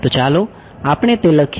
તો ચાલો આપણે તે લખીએ